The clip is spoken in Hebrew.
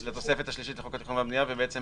-- לתוספת השלישית לחוק התכנון והבנייה, ובעצם